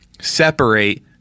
separate